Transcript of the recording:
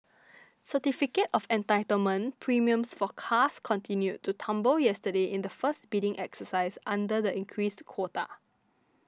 certificate of Entitlement premiums for cars continued to tumble yesterday in the first bidding exercise under the increased quota